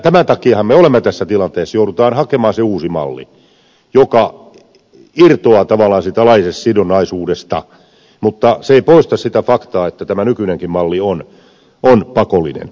tämän takiahan me olemme tässä tilanteessa että joudutaan hakemaan se uusi malli joka irtoaa tavallaan siitä laitesidonnaisuudesta mutta se ei poista sitä faktaa että tämä nykyinenkin malli on pakollinen